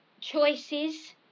choices